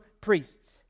priests